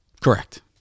Correct